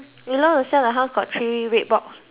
got three red box